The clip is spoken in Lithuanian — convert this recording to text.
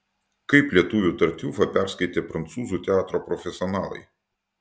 kaip lietuvių tartiufą perskaitė prancūzų teatro profesionalai